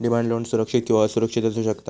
demand loan सुरक्षित किंवा असुरक्षित असू शकता